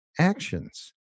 actions